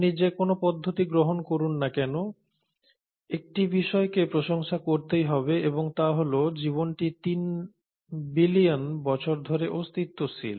আপনি যে কোন পদ্ধতি গ্রহণ করুন না কেন একটি বিষয়কে প্রশংসা করতেই হবে এবং তা হল জীবনটি 3 বিলিয়ন বছর ধরে অস্তিত্বশীল